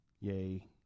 Yay